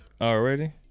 Already